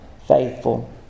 faithful